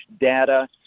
data